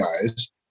guys